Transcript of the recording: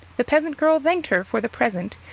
the peasant girl thanked her for the present,